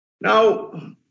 Now